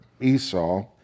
Esau